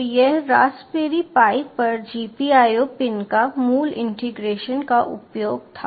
तो यह Raspberry Pi पर GPIO पिन का मूल इंटीग्रेशन और उपयोग था